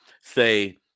say